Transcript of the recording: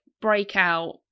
breakout